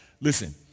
Listen